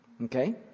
Okay